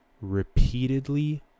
Repeatedly